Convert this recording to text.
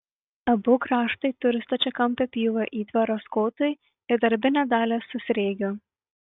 abu grąžtai turi stačiakampio pjūvio įtvaras kotui ir darbinę dalį su sriegiu